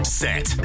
set